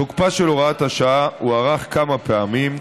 תוקפה של הוראת השעה הוארך כמה פעמים,